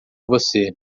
você